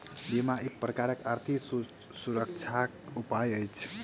बीमा एक प्रकारक आर्थिक सुरक्षाक उपाय अछि